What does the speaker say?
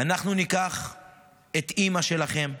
אנחנו ניקח את אימא שלכם,